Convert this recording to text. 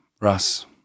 Russ